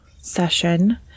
session